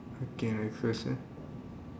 okay next question